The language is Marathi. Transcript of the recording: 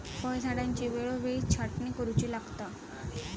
फळझाडांची वेळोवेळी छाटणी करुची लागता